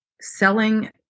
selling